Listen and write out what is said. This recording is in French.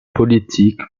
politique